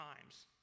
times